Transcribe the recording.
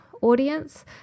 audience